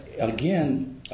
again